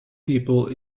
people